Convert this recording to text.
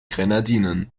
grenadinen